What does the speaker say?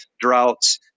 droughts